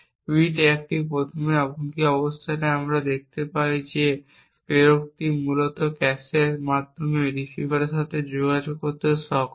bit এটি একটি সময়ে এমনকি অবস্থানে এবং আমরা দেখতে পাই যে এই প্রেরকটি মূলত ক্যাশের মাধ্যমে রিসিভারের সাথে যোগাযোগ করতে সক্ষম